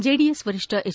JDS ವರಿಷ್ಣ H